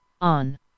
on